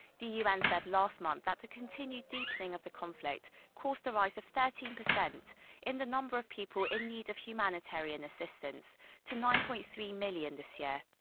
the un said last month that the continued deepening of the conflict caused a rise of thirteen percent in the number of people in need of humanitarian assistance to nine-point-three million this year.